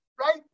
right